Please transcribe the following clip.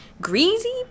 greasy